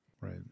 Right